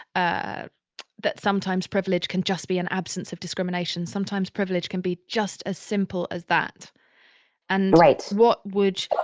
ah that sometimes privilege can just be an absence of discrimination. sometimes privilege can be just as simple as that and right and what would?